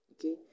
Okay